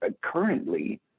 currently